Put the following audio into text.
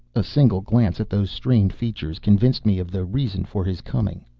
a single glance at those strained features convinced me of the reason for his coming.